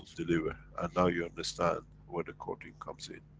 deliver and now you understand, where the core team comes in.